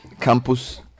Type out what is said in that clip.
Campus